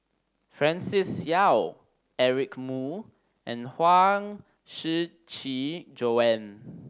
Francis Seow Eric Moo and Huang Shiqi Joan